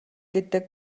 гэдэг